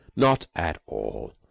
not at all.